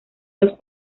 los